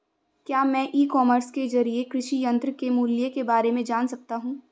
क्या मैं e commerce के ज़रिए कृषि यंत्र के मूल्य में बारे में जान सकता हूँ?